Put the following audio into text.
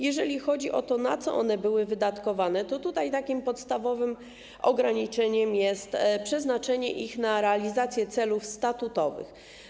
Jeżeli chodzi o to, na co były wydatkowane środki, to tutaj podstawowym ograniczeniem jest przeznaczenie ich na realizację celów statutowych.